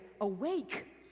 awake